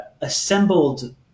assembled